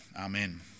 Amen